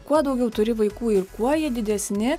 kuo daugiau turi vaikų ir kuo jie didesni